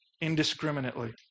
indiscriminately